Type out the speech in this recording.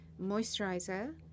moisturizer